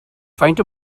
faint